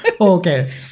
Okay